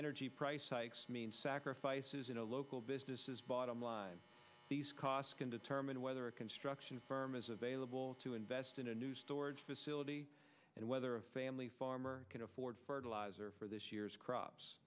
energy price hikes mean sacrifices in a local business is bottom line these costs can determine whether a construction firm is available to invest in a new storage facility and whether a family farmer can afford fertilizer for this year's crops